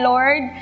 Lord